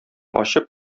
ачып